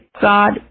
God